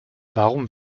warum